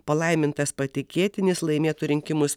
palaimintas patikėtinis laimėtų rinkimus